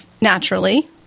naturally